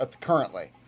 currently